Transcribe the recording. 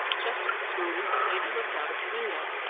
just at this moment the lady looked out of the window.